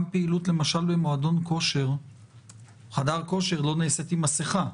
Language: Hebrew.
פעילות למשל בחדר כושר לא נעשית עם מסכה.